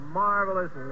marvelous